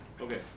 Okay